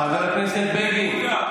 חבר הכנסת בגין,